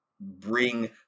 bring